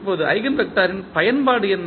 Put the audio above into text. இப்போது ஈஜென்வெக்டர்களின் பயன்பாடு என்ன